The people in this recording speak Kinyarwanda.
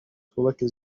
twubake